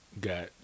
got